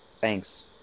Thanks